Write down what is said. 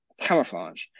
camouflage